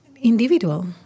individual